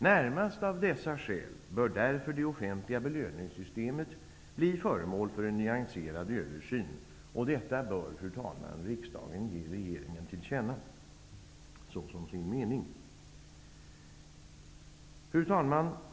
Närmast av dessa skäl bör därför det offentliga belöningssystemet bli föremål för en nyanserad översyn. Detta bör riksdagen såsom sin mening ge regeringen till känna. Fru talman!